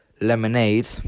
Lemonade